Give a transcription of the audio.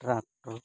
tractor